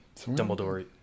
Dumbledore